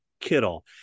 Kittle